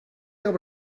able